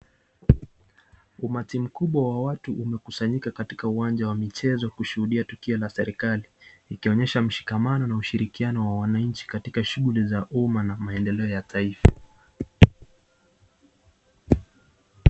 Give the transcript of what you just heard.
Umati mkubwa wa watu umekusanyika katika uwanja wa michezo kushuhudia tukio la serikali, ikionyesha mshikamano na ushirikiano wa wananchi katika shughuli za umma na maendeleo ya taifa.